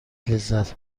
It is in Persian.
لذت